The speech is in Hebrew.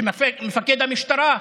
שמפקד המשטרה,